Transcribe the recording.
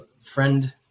friend